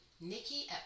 Nikki